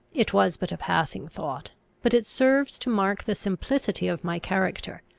it was but a passing thought but it serves to mark the simplicity of my character.